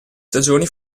stagioni